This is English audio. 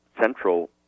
central